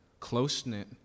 close-knit